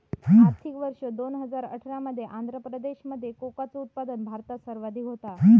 आर्थिक वर्ष दोन हजार अठरा मध्ये आंध्र प्रदेशामध्ये कोकोचा उत्पादन भारतात सर्वाधिक होता